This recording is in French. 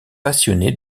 passionné